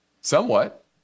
somewhat